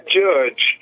judge